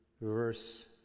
verse